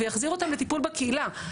ויחזיר אותם לטיפול בקהילה.